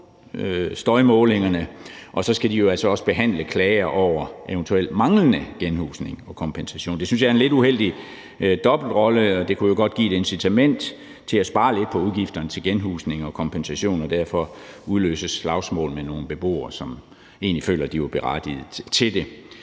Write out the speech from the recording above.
støjmålingerne, og så skal de jo altså også behandle klager over eventuelt manglende genhusning og kompensation. Det synes jeg er en lidt uheldig dobbeltrolle, og det kunne jo godt give et incitament til at spare lidt på udgifterne til genhusning og kompensation og derfor udløse slagsmål med nogle beboere, som egentlig føler, at de var berettiget til det.